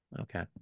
Okay